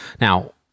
Now